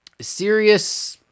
Serious